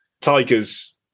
Tigers